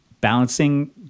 balancing